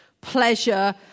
pleasure